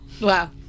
Wow